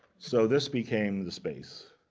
so this became the space.